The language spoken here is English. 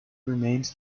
remained